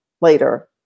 later